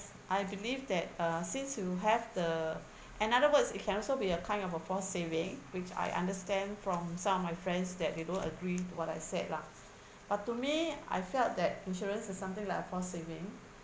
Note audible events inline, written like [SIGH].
I believe that uh since you have the [BREATH] another words it can also be a kind of a force saving which I understand from some of my friends that they don't agree what I said lah but to me I felt that insurance is something like a force saving